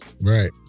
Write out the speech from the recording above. Right